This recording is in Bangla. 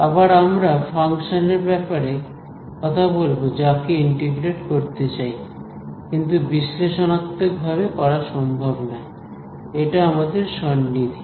আবার আমরা ফাংশন এর ব্যাপারে কথা বলব যাকে ইন্টিগ্রেট করতে চাই কিন্তু বিশ্লেষণাত্মক ভাবে করা সম্ভব নয় এটা আমাদের সন্নিধি